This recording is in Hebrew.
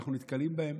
שאנחנו נתקלים בהם